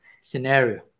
scenario